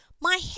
My